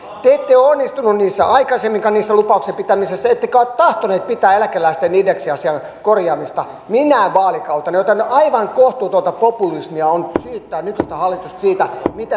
te ette ole onnistuneet siinä lupauksien pitämisessä aikaisemminkaan ettekä ole tahtoneet pitää eläkeläisten indeksiasian korjaamista minään vaalikautena joten aivan kohtuutonta populismia on syyttää nykyistä hallitusta siitä mitä se on jättänyt tekemättä